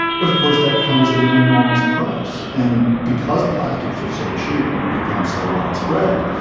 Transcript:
but of course that comes at an enormous price. and because plastics are so cheap and have become so widespread,